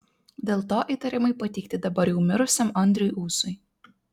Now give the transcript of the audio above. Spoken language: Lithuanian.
dėl to įtarimai pateikti dabar jau mirusiam andriui ūsui